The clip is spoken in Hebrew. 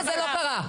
וזה לא קרה.